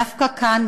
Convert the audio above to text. דווקא כאן,